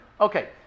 Okay